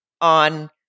on